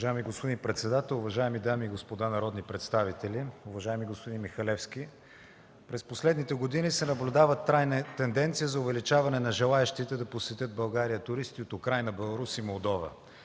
Уважаеми господин председател, уважаеми дами и господа народни представители, уважаеми господин Михалевски! През последните години се наблюдава трайна тенденция за увеличаване на желаещите да посетят България туристи от Украйна, Беларус и Молдова.